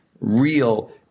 real